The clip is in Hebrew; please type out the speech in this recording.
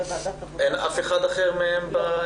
אין אף אחד אחר בזום?